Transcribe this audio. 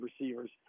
receivers